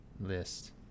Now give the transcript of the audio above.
list